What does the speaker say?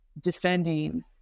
defending